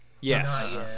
Yes